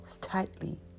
tightly